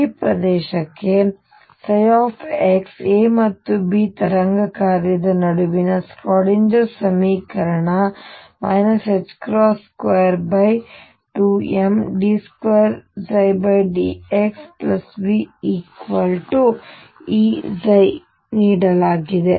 ಈಗ ಪ್ರದೇಶಕ್ಕೆ x a ಮತ್ತು b ತರಂಗ ಕಾರ್ಯದ ನಡುವೆ ಶ್ರೋಡಿಂಗರ್ ಸಮೀಕರಣ 22md2dxVEψ ನೀಡಲಾಗಿದೆ